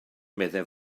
meddai